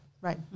Right